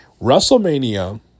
WrestleMania